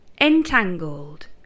Entangled